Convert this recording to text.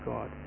God